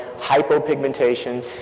hypopigmentation